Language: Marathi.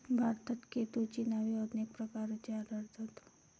भारतात केटोची नावे अनेक प्रकारची आढळतात